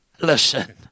Listen